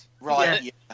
Right